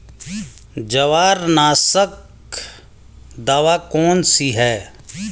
जवारनाशक दवा कौन सी है?